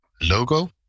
logo